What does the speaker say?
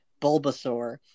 Bulbasaur